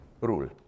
rule